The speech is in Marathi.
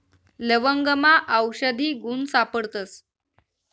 लवंगमा आवषधी गुण सापडतस